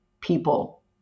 people